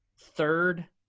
third